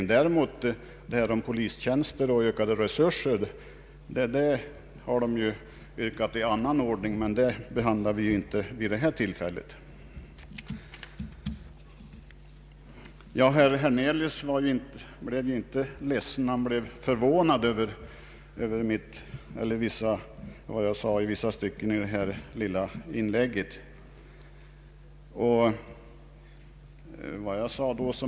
Vad däremot gäller polistjänster och ökade resurser har rikspolisstyrelsen framställt yrkande i annan ordning, men det behandlar vi ju inte vid detta tillfälle. Herr Hernelius blev förvånad över vad jag sade i vissa stycken av mitt lilla inlägg.